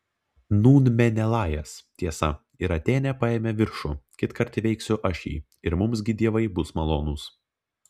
nūn menelajas tiesa ir atėnė paėmė viršų kitkart įveiksiu aš jį ir mums gi dievai bus malonūs